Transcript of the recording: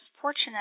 fortunate